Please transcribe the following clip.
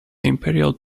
imperial